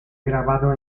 grabado